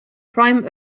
prime